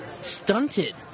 stunted